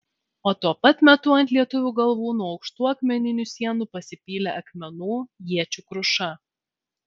o tuo pat metu ant lietuvių galvų nuo aukštų akmeninių sienų pasipylė akmenų iečių kruša